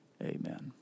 amen